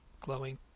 glowing